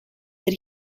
that